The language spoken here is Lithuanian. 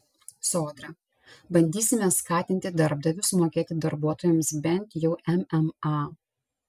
sodra bandysime skatinti darbdavius mokėti darbuotojams bent jau mma